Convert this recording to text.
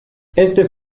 este